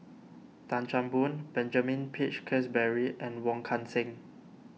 Tan Chan Boon Benjamin Peach Keasberry and Wong Kan Seng